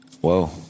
Whoa